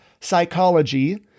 psychology